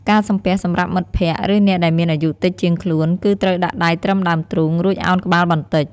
ការសំពះសម្រាប់មិត្តភ័ក្តិ ឬអ្នកដែលមានអាយុតិចជាងខ្លួន គឺត្រូវដាក់ដៃត្រឹមដើមទ្រូង រួចឱនក្បាលបន្តិច។